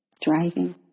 Driving